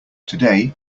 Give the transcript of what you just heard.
today